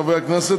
חברי הכנסת,